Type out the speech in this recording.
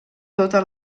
tota